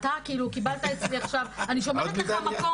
אני שומרת לך מקום